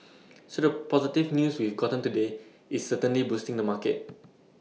so the positive news we've gotten today is certainly boosting the market